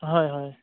হয় হয়